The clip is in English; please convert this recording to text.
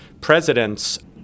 president's